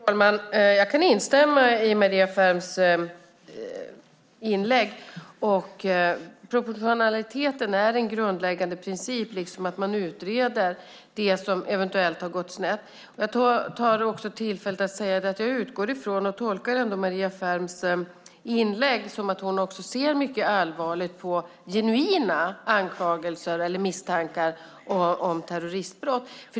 Fru talman! Jag kan instämma i Maria Ferms inlägg. Proportionaliteten är en grundläggande princip liksom att man utreder det som eventuellt har gått snett. Jag tar också tillfället i akt att jag utgår från att Maria Ferm ser mycket allvarligt på genuina anklagelser eller misstankar om terroristbrott. Jag tolkar hennes inlägg så.